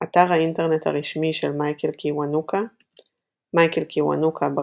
אתר האינטרנט הרשמי של מייקל קיוונוקה מייקל קיוונוקה,